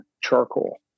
charcoal